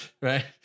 Right